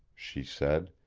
she said,